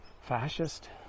fascist